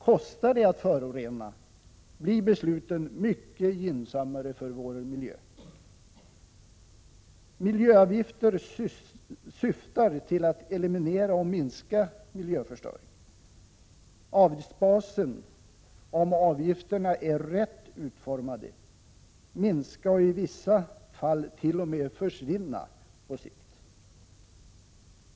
Kostar det att förorena blir besluten mycket gynnsammare för vår miljö. Miljöavgifter syftar till att eliminera eller minska miljöförstöring. Avgiftsbasen bör — om avgifterna är rätt utformade — minska och i vissa fall t.o.m. försvinna på sikt.